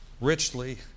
richly